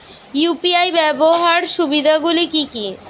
UPI ব্যাবহার সুবিধাগুলি কি কি?